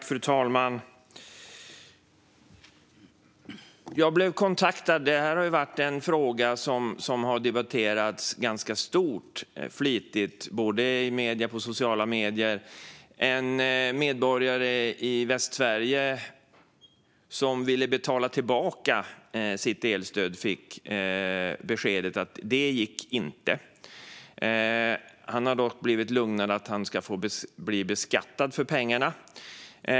Fru talman! Det här har ju varit en fråga som har debatterats ganska flitigt i medierna och på sociala medier. Jag blev kontaktad av en medborgare i Västsverige som ville betala tillbaka sitt elstöd. Han fick beskedet att det inte gick. Han har dock blivit lugnad med att han ska få bli beskattad för pengarna.